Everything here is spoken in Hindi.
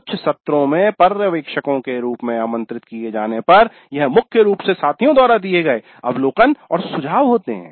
कुछ सत्रों में पर्यवेक्षकों के रूप में आमंत्रित किए जाने पर यह मुख्य रूप से साथियों द्वारा दिए गए अवलोकन और सुझाव होते हैं